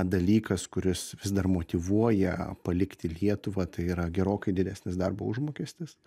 dalykas kuris vis dar motyvuoja palikti lietuvą tai yra gerokai didesnis darbo užmokestis